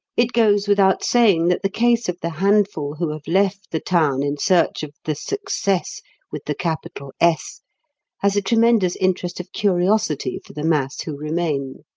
it goes without saying that the case of the handful who have left the town in search of the success with the capital s has a tremendous interest of curiosity for the mass who remain.